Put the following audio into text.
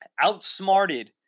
outsmarted